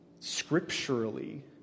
scripturally